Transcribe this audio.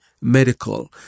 medical